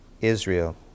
Israel